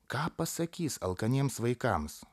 ką pasakys alkaniems vaikams